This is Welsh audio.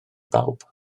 bawb